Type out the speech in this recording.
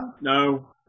No